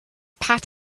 pat